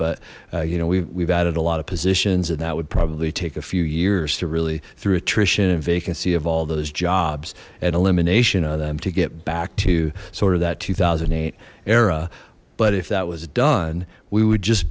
but you know we've added a lot of positions and that would probably take a few years to really through attrition and vacancy of all those jobs and elimination of them to get back to sort of that two thousand and eight era but if that was done we would just